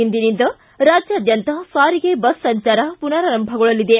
ಇಂದಿನಿಂದ ರಾಜ್ಯಾದ್ದಂತ ಸಾರಿಗೆ ಬಸ್ ಸಂಜಾರ ಪುನರಾರಂಭಗೊಳ್ಳಲಿದೆ